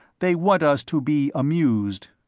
they want us to be amused.